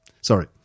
Sorry